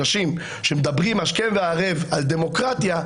אנשים שמדברים השכם והערב על דמוקרטיה,